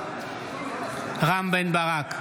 בעד רם בן ברק,